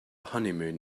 honeymoon